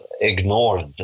ignored